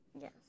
Yes